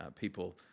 people